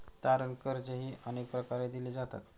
तारण कर्जेही अनेक प्रकारे दिली जातात